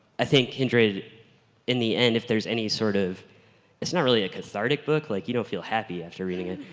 i think kindred in the end if there's any sort of it's not really a cathartic book like you don't feel happy after reading it,